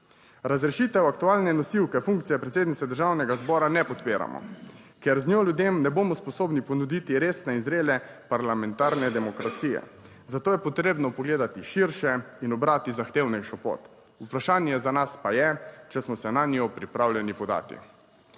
Razrešitev aktualne nosilke funkcije predsednice Državnega zbora ne podpiramo, ker z njo ljudem ne bomo sposobni ponuditi resne in zrele parlamentarne demokracije, zato je potrebno pogledati širše in ubrati zahtevnejšo pot. Vprašanje za nas pa je, če smo se na njo pripravljeni podati.